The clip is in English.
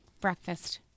Breakfast